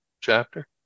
chapter